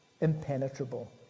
impenetrable